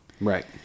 Right